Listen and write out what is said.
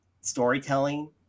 storytelling